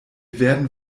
werden